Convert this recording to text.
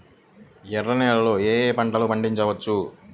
ఎర్ర నేలలలో ఏయే పంటలు పండించవచ్చు?